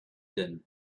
din